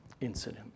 incident